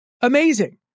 amazing